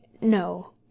no